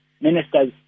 Ministers